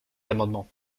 amendements